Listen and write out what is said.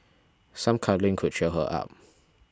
some cuddling could cheer her up